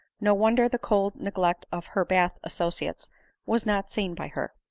no wonder the cold neglect of her bath associates was not seen by her.